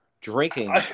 drinking